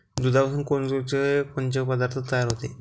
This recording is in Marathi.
दुधापासून कोनकोनचे पदार्थ तयार होते?